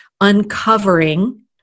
uncovering